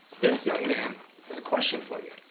this young man has a question for you.